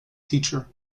teacher